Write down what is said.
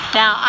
now